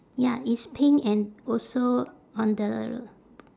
ya it's pink and also on the